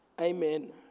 Amen